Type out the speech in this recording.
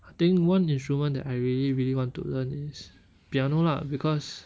I think one instrument that I really really want to learn his piano lah because